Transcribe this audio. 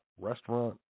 restaurant